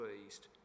pleased